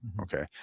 okay